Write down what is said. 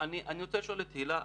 אני רוצה לשאול את הילה,